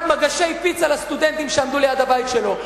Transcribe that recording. מגשי פיצה לסטודנטים שעמדו ליד הבית שלו?